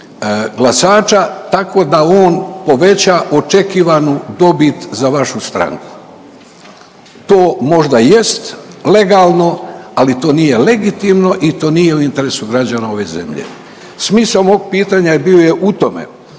glasača tako da on poveća očekivanu dobit za vašu stranku. To možda jest legalno, ali to nije legitimno i to nije u interesu građana ove zemlje. Smisao mog pitanja je bio u tome,